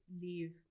leave